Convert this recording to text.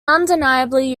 undeniably